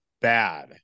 bad